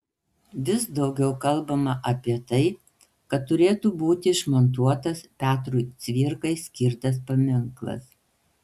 vis daugiau kalbama apie tai kad turėtų būti išmontuotas petrui cvirkai skirtas paminklas